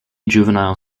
juvenile